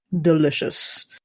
delicious